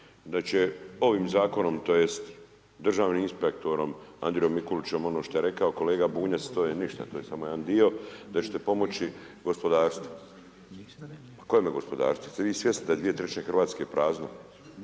da će ovim zakonom tj. državnm inspektorom Andrijom Mikuliće ono što je rekao kolega Bunjac, to je ništa to je samo jedan dio, da ćete pomoći gospodarstvu. Kojemu gospodarstvu, jeste vi svjesni da 2/3 Hrvatske prazno,